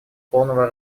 полного